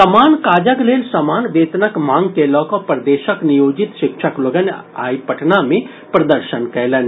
समान काजक लेल समान वेतनक मांग के लऽकऽ प्रदेशक नियोजित शिक्षक लोकनि आइ पटना मे प्रदर्शन कयलनि